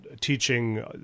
Teaching